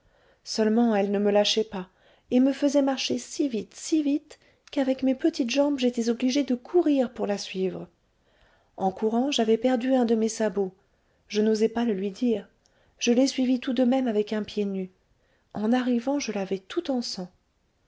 seulement elle ne me lâchait pas et me faisait marcher si vite si vite qu'avec mes petites jambes j'étais obligée de courir pour la suivre en courant j'avais perdu un de mes sabots je n'osais pas le lui dire je l'ai suivie tout de même avec un pied nu en arrivant je l'avais tout